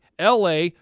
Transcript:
LA